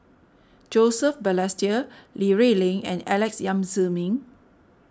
Joseph Balestier Li Rulin and Alex Yam Ziming